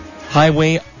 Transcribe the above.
Highway